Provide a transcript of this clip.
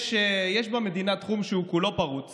וזה התחום הפרוץ